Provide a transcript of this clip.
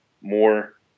more